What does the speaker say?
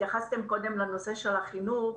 קודם התייחסתם לנושא החינוך,